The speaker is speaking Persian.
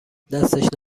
دستش